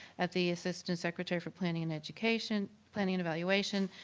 at the assistant secretary for planning and education, planning and evaluation,